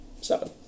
Seven